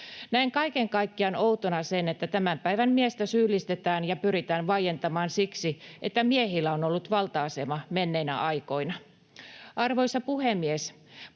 Näen kaiken kaikkiaan outona sen, että tämän päivän miestä syyllistetään ja pyritään vaientamaan siksi, että miehillä on ollut valta-asema menneinä aikoina. Arvoisa puhemies!